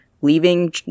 leaving